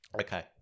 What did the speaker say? Okay